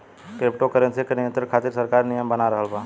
crypto currency के नियंत्रण खातिर सरकार नियम बना रहल बा